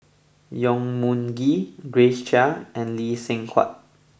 Yong Mun Chee Grace Chia and Lee Seng Huat